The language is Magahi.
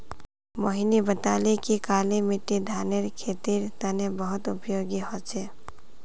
मोहिनी बताले कि काली मिट्टी धानेर खेतीर तने बहुत उपयोगी ह छ